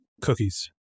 cookies